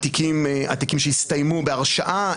התיקים שהסתיימו בהרשעה,